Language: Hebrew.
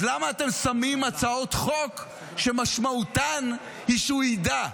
אז למה אתם שמים הצעות חוק שמשמעותן היא שהוא ידע,